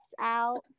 out